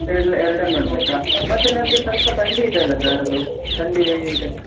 ಎರಡು ಎರಡೇ ಮಾಡಬೇಕ ಮತ್ತೆ ನನ್ಗೆ ಸ್ವಲ್ಪ ಥಂಡಿ ಇದೆಯಲ್ಲ ಸರ್ ಅದು ಥಂಡೀ ಇದೆ